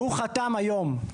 הוא חתם היום.